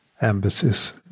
embassies